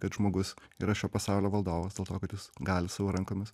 kad žmogus yra šio pasaulio valdovas dėl to kad jis gali savo rankomis